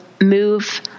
move